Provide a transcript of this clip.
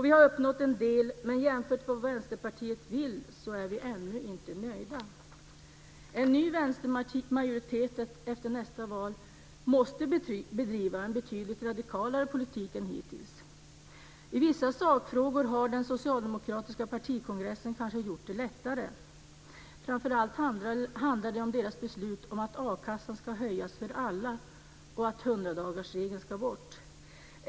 Vi har uppnått en del, men jämfört med vad Vänsterpartiet vill är vi ännu inte nöjda. En ny vänstermajoritet efter nästa val måste bedriva en betydligt radikalare politik än hittills. I vissa sakfrågor har den socialdemokratiska partikongressen kanske gjort det lättare. Framför allt handlar det om beslutet om att a-kassan ska höjas för alla och om att hundradagarsregeln ska tas bort.